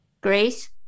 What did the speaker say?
Grace